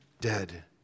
dead